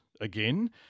again